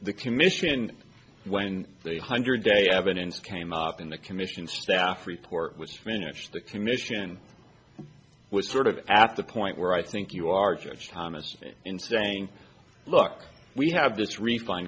the commission when three hundred day evidence came up in the commission staff report was finished the commission was sort of at the point where i think you are judge thomas in saying look we have this ref